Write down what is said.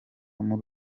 muri